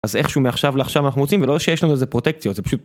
אז איכשהו מעכשיו לעכשיו אנחנו רוצים ולא שיש לנו איזה פרוטקציות זה פשוט.